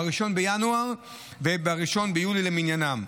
ב-1 בינואר וב-1 ביולי למניינם.